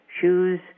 shoes